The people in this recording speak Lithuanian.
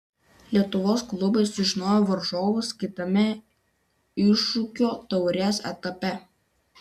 lietuvos klubai sužinojo varžovus kitame iššūkio taurės etape